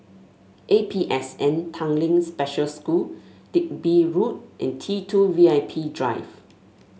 A P S N Tanglin Special School Digby Road and T two V I P Drive